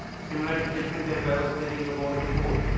similarly, different type i was telling about the board,